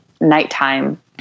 nighttime